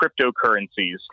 cryptocurrencies